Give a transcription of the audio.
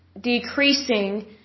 decreasing